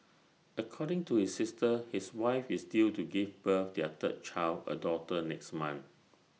according to his sister his wife is due to give birth their third child A daughter next month